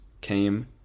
came